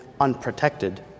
unprotected